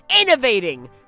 innovating